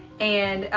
and